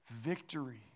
victory